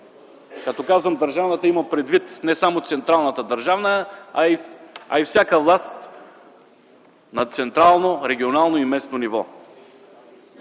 Като казвам „държавната”, имам предвид не само централната държавна, а и всяка власт на централно, регионално и местно ниво.